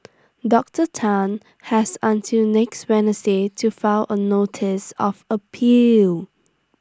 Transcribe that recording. Doctor Tan has until next Wednesday to file A notice of appeal